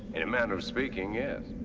in a manner of speaking, yes.